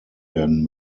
werden